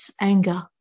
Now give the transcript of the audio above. anger